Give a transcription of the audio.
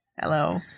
Hello